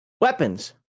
weapons